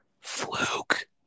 Fluke